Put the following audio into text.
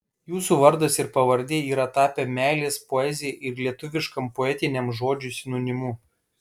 jūsų vardas ir pavardė yra tapę meilės poezijai ir lietuviškam poetiniam žodžiui sinonimu